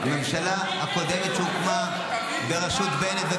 הממשלה הקודמת שהוקמה ברשות בנט -- תביא דוגמה אחת.